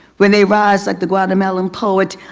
when they rise like the guatemalan poet,